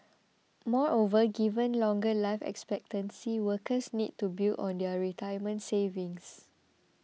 moreover given longer life expectancy workers need to build on their retirement savings